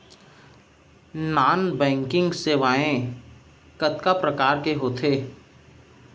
non banking सेवाएं कतका प्रकार के होथे